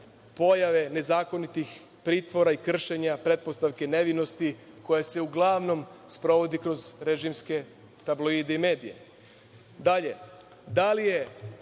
pojave nezakonitih pritvora i kršenja pretpostavke nevinosti, koja se uglavnom sprovodi kroz režimske tabloide i medije? Dalje,